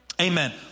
Amen